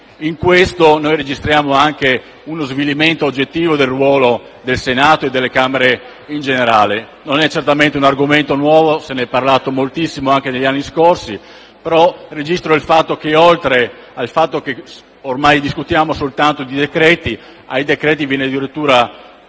In questo, registriamo anche uno svilimento oggettivo del ruolo del Senato e delle Camere in generale. Non è certamente un argomento nuovo, se n'è parlato moltissimo anche negli anni scorsi; però registro il fatto che, oltre a discutere ormai soltanto di decreti-legge, su questi viene addirittura